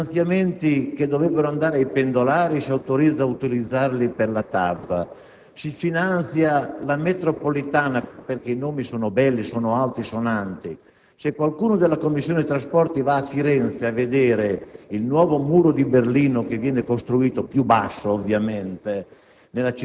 finanziamenti che dovrebbero andare ai pendolari vanno alla TAV; si finanzia la metropolitana perché i nomi sono belli ed altisonanti. Se qualcuno della Commissione trasporti va a Firenze a vedere il nuovo muro di Berlino che viene costruito, più basso ovviamente,